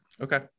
Okay